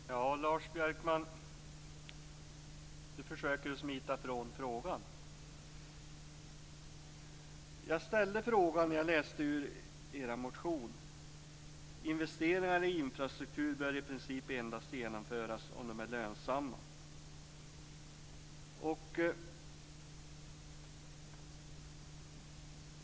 Fru talman! Lars Björkman försöker smita från frågan. Jag ställde frågan när jag läste er motion där ni skriver: Investeringar i infrastruktur bör i princip endast genomföras om de är lönsamma.